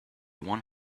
one